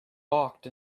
balked